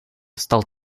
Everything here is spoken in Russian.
стал